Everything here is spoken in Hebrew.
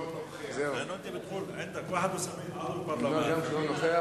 דבר שחבר הכנסת גפני לא נוכח.